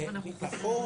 ביטחון.